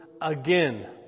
again